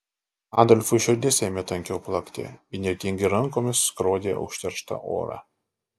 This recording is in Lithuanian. adolfui širdis ėmė tankiau plakti įnirtingai rankomis skrodė užterštą orą